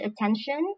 attention